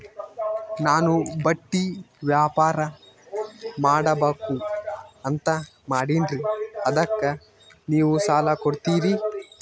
ನಾನು ಬಟ್ಟಿ ವ್ಯಾಪಾರ್ ಮಾಡಬಕು ಅಂತ ಮಾಡಿನ್ರಿ ಅದಕ್ಕ ನೀವು ಸಾಲ ಕೊಡ್ತೀರಿ?